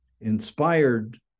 inspired